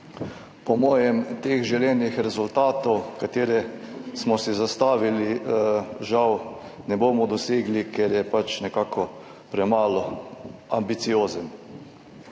po moje teh želenih rezultatov, ki smo si jih zastavili, žal ne bomo dosegli, ker je premalo ambiciozen.